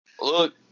Look